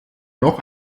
noch